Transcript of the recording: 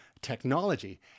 technology